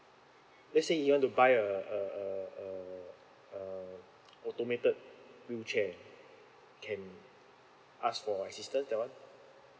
let's say he want to buy a a a a a automated wheelchair can ask for assistance that one